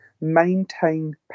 maintain